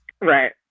Right